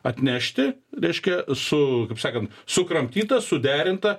atnešti reiškia su kaip sakant sukramtyta suderinta